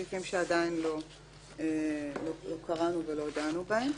סעיפים שעדיין לא קראנו ולא דנו בהם.